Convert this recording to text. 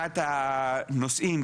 אחד הנושאים,